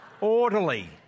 Orderly